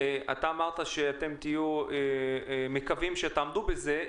אתה אמרת שאתם מקווים שתעמדו בזה.